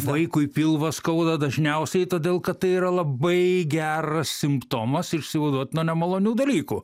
vaikui pilvą skauda dažniausiai todėl kad tai yra labai geras simptomas išsivaduot nuo nemalonių dalykų